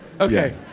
Okay